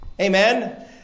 Amen